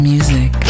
Music